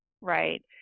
Right